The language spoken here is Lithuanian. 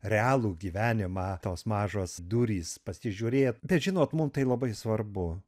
realų gyvenimą tos mažos durys pasižiūrėt bet žinot mum tai labai svarbu